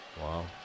Wow